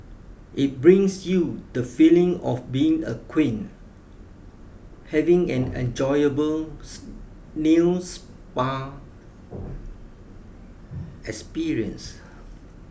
it brings you the feeling of being a queen having an enjoyable nail spa experience